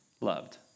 loved